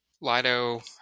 Lido